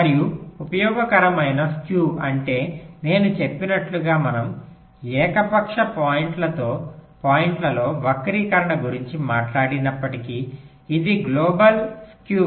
మరియు ఉపయోగకరమైన స్క్యూ అంటే నేను చెప్పినట్లుగా మనము ఏకపక్ష పాయింట్లలో వక్రీకరణ గురించి మాట్లాడినప్పటికీ ఇది గ్లోబల్ స్క్యూ